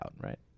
right